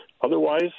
otherwise